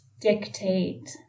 dictate